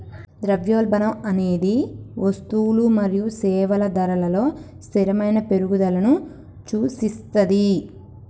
ద్రవ్యోల్బణం అనేది వస్తువులు మరియు సేవల ధరలలో స్థిరమైన పెరుగుదలను సూచిస్తది